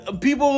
people